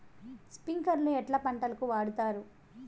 స్ప్రింక్లర్లు ఎట్లా పంటలకు వాడుతారు?